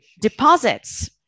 deposits